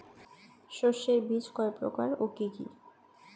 শস্যের বীজ কয় প্রকার ও কি কি?